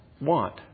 want